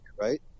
right